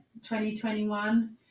2021